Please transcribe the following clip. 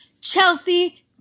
Chelsea